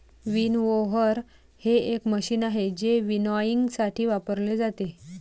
winnower हे एक machine आहे जे विनॉयइंगसाठी वापरले जाते